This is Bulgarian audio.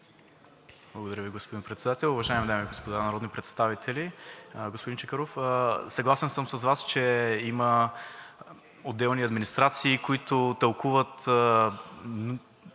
Благодаря Ви, господин Председател. Уважаеми дами и господа народни представители! Господин Чакъров, съгласен съм с Вас, че има отделни администрации, които тълкуват